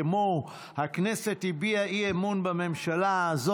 כמו "הכנסת הביעה אי-אמון בממשלה" זה